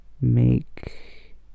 make